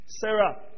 Sarah